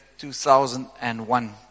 2001